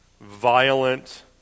violent